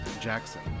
Jackson